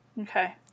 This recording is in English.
Okay